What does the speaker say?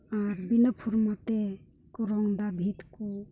ᱟᱨ ᱵᱤᱱᱟᱹ ᱯᱷᱟᱨᱢᱟ ᱛᱮᱠᱚ ᱨᱚᱝ ᱮᱫᱟ ᱵᱷᱤᱛ ᱠᱚ